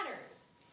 matters